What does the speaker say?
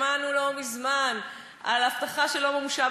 שמענו לא מזמן על הבטחה שלא מומשה